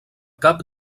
cap